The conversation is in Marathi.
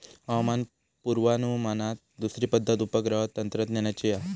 हवामान पुर्वानुमानात दुसरी पद्धत उपग्रह तंत्रज्ञानाची हा